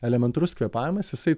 elementarus kvėpavimas jisai